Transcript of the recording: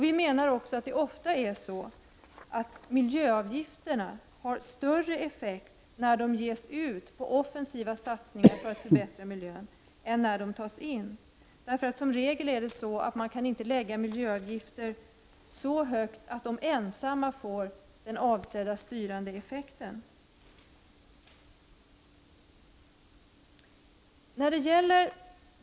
Vi menar också att miljöavgifterna ofta har större effekt när de ges ut på offensiva satsningar för att förbättra miljön än när de tas in. I regel går det inte att lägga miljöavgifter så högt att de ensamma får den avsedda styrande effekten.